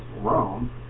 Rome